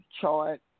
chart